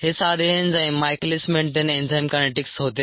हे साधे enzyme Michaelis Menten enzyme kinetics होते